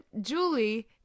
Julie